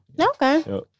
Okay